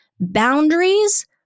boundaries